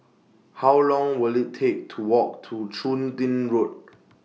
How Long Will IT Take to Walk to Chun Tin Road